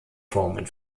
formen